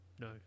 No